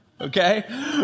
Okay